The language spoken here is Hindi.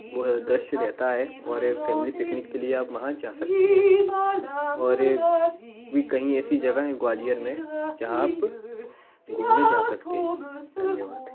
वह दृश्य रहता है और फैमिली पिकनिक के लिए आप वहाँ जा सकते हैं और भी कहीं ऐसी जगहें हैं ग्वालियर में जहाँ आप घूमने जा सकते हैं धन्यवाद